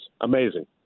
Amazing